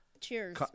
Cheers